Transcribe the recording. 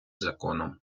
законом